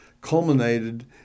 culminated